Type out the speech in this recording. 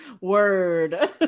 Word